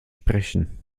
sprechen